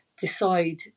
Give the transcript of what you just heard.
decide